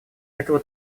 этого